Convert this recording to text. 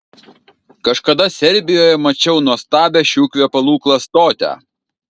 kažkada serbijoje mačiau nuostabią šių kvepalų klastotę